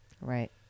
Right